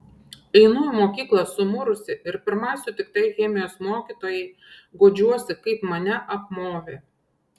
einu į mokyklą sumurusi ir pirmai sutiktai chemijos mokytojai guodžiuosi kaip mane apmovė